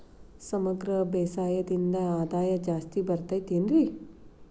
ಸಮಗ್ರ ಬೇಸಾಯದಿಂದ ಆದಾಯ ಜಾಸ್ತಿ ಬರತೈತೇನ್ರಿ?